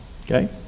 Okay